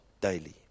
daily